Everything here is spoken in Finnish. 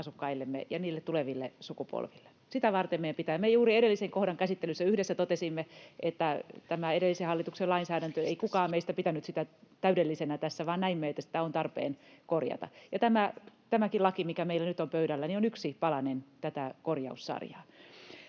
asukkaillemme, ja niille tuleville sukupolville. Sitä varten meidän pitää... Me juuri edellisen kohdan käsittelyssä yhdessä totesimme, että tätä edellisen hallituksen lainsäädäntöä ei kukaan meistä pitänyt täydellisenä tässä, vaan näimme, että sitä on tarpeen korjata. Tämäkin laki, mikä meillä nyt on pöydällä, on yksi palanen tätä korjaussarjaa.